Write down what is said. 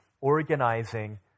organizing